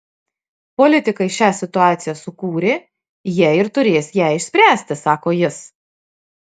politikai šią situaciją sukūrė jie ir turės ją išspręsti sako jis